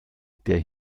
der